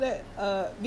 oh shit